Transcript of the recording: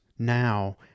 now